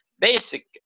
basic